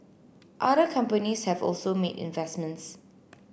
other companies have also made investments